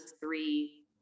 three